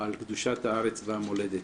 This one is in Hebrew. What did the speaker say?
על קדושת הארץ והמולדת.